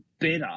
better